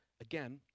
Again